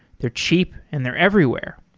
they're cheap and they're everywhere.